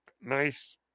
nice